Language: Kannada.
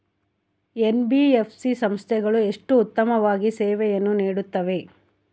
ಎನ್.ಬಿ.ಎಫ್.ಸಿ ಸಂಸ್ಥೆಗಳು ಎಷ್ಟು ಉತ್ತಮವಾಗಿ ಸೇವೆಯನ್ನು ನೇಡುತ್ತವೆ?